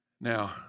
Now